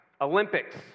Olympics